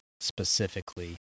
specifically